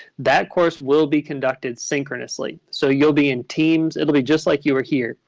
that course will be conducted synchronously. so you'll be in teams. it will be just like you were here.